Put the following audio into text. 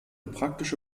praktische